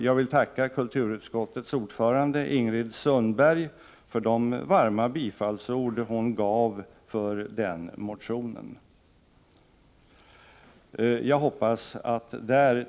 Jag vill tacka kulturutskottets ordförande Ingrid Sundberg för de varma bifallsord hon gav den motionen.